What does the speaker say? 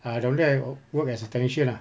err down there I wo~ work as a technician ah